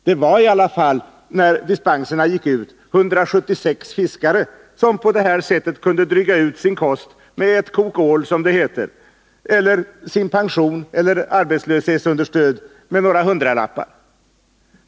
Det var i alla fall när dispenserna gick ut 176 fiskare som på det här sättet kunde dryga ut sin kost med ett kok ål, som det heter, eller sin pension eller sitt arbetslöshetsunderstöd med några hundralappar.